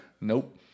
Nope